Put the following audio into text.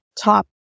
top